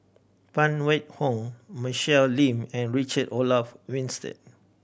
Phan Wait Hong Michelle Lim and Richard Olaf Winstedt